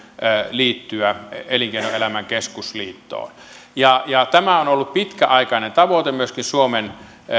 liittyä elinkeinoelämän keskusliittoon tämä on ollut pitkäaikainen tavoite myöskin suomen